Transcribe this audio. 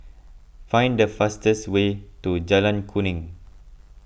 find the fastest way to Jalan Kuning